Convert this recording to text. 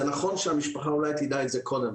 זה נכון שאולי המשפחה תדע את זה קודם,